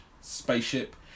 spaceship